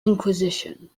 inquisition